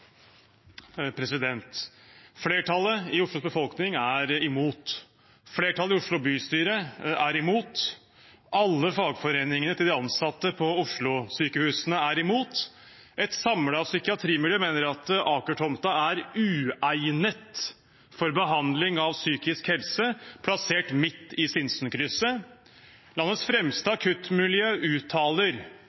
imot. Flertallet i Oslo bystyre er imot. Alle fagforeningene til de ansatte på Oslo-sykehusene er imot. Et samlet psykiatrimiljø mener at Aker-tomta, plassert midt i Sinsenkrysset, er uegnet for behandling av psykisk helse.